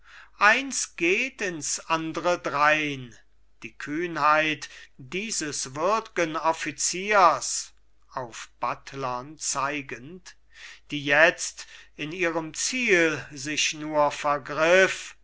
eins geht ins andre drein die kühnheit dieses würdgen offiziers auf buttlern zeigend die jetzt in ihrem ziel sich nur vergriff